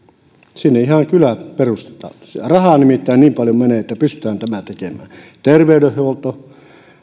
sinne ihan kylä perustetaan rahaa nimittäin niin paljon menee että pystytään tämä tekemään ja terveydenhuolto ja